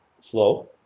flow